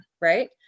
right